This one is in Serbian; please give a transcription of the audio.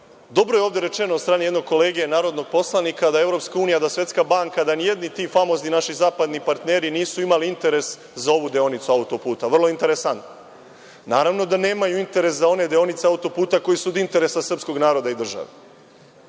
dobro je ovde rečeno od strane jednog kolege narodnog poslanika da EU, da Svetska banka, da nijedni ti famozni naši zapadni partneri nisu imali interes za ovu deonicu autoputa, vrlo interesantno. Naravno da nemaju interes za one deonice autoputa koje su od interesa srpskog naroda i države. Znači,